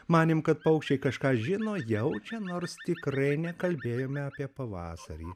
manėm kad paukščiai kažką žino jaučia nors tikrai nekalbėjome apie pavasarį